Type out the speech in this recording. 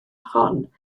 hon